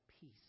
peace